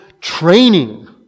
training